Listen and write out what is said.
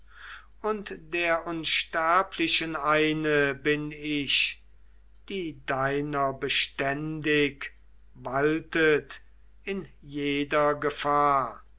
und der unsterblichen eine bin ich die deiner beständig waltet in jeder gefahr